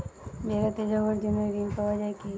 বেড়াতে যাওয়ার জন্য ঋণ পাওয়া যায় কি?